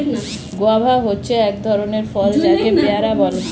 guava হচ্ছে এক ধরণের ফল যাকে পেয়ারা বলে